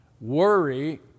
Worry